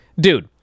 dude